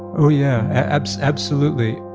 oh, yeah, absolutely.